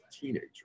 teenager